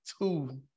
two